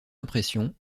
impressions